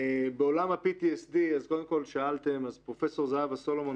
בעולם ה-PTSD פרופ' זהבה סולומון,